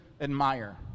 admire